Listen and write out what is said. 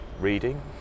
reading